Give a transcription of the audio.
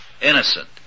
innocent